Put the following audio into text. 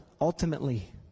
ultimately